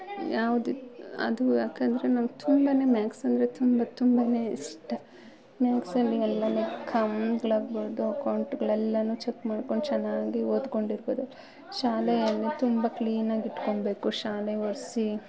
ಯಾವುದು ಅದು ಯಾಕಂದರೆ ನಾನು ತುಂಬ ಮ್ಯಾಕ್ಸಂದರೆ ತುಂಬ ತುಂಬ ಇಷ್ಟ ಮ್ಯಾಕ್ಸಲ್ಲಿ ಎಲ್ಲ ಲೆಕ್ಕಗಳಾಗ್ಬೋದು ಅಕೌಂಟುಗಳೆಲ್ಲ ಚಕ್ ಮಾಡ್ಕೊಂಡು ಚೆನ್ನಾಗಿ ಓದಿಕೊಂಡಿರ್ಬೋದು ಶಾಲೆಯನ್ನು ತುಂಬ ಕ್ಲೀನಾಗಿಟ್ಕೊಬೇಕು ಶಾಲೆ ಒರೆಸಿ